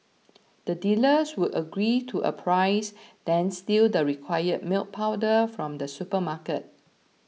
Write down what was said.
the dealers would agree to a price then steal the required milk powder from the supermarket